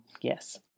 Yes